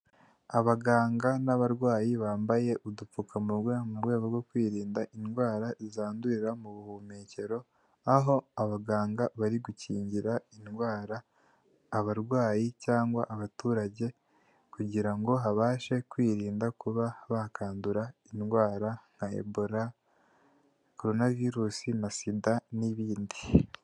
Abaganga n'abarwayi bambaye udupfukamunwa mu rwego rwo kwirinda indwara zandurira mu buhumekero, aho abaganga bari gukingira indwara abarwayi cyangwa abaturage, kugira ngo habashe kwirinda kuba bakandura indwara nka ebora, koronavirusi na sida n'ibindi.